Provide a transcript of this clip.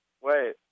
Wait